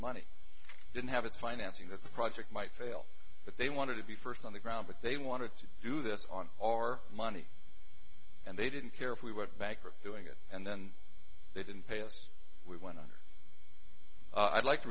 money didn't have its financing that the project might fail but they wanted to be first on the ground but they wanted to do this on our money and they didn't care if we went bankrupt doing it and then they didn't pay us we went on i like to